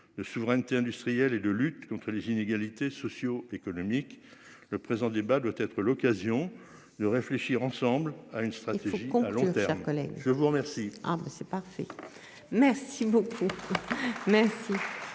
de souveraineté industrielle et de lutte contre les inégalités socio- économiques le présent débat doit être l'occasion de réfléchir ensemble à une stratégie quelconque volontaire collègue je vous remercie. Ah bah c'est parfait, merci beaucoup. Merci